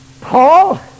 Paul